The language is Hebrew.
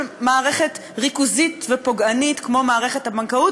של מערכת ריכוזית ופוגענית כמו מערכת הבנקאות,